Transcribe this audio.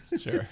sure